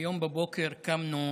היום בבוקר קמנו